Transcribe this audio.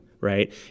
right